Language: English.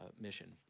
mission